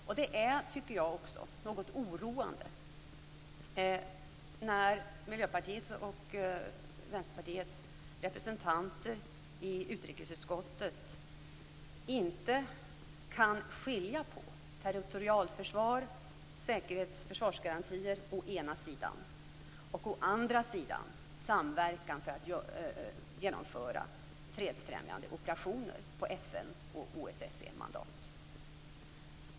Jag tycker också att det är något oroande när Miljöpartiets och Vänsterpartiets representanter i utrikesutskottet inte kan skilja mellan å ena sidan territorialförsvar och säkerhets och försvarsgarantier, å andra sida samverkan för att genomföra fredsfrämjande operationer på FN och OSSE-mandat.